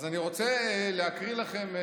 אז אני רוצה להקריא לכם,